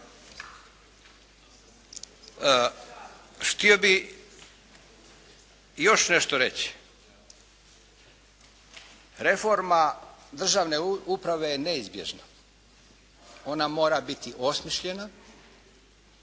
Htio bih još nešto reći. Reforma državne uprave je neizbježna. Ona mora biti osmišljena.